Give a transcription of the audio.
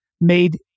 made